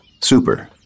Super